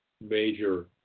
major